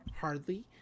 hardly